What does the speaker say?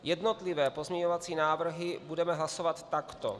Jednotlivé pozměňovací návrhy budeme hlasovat takto.